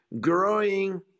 growing